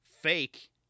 fake